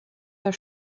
der